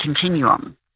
continuum